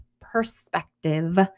perspective